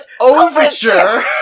overture